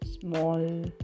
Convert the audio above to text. small